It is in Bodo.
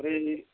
ओमफ्राय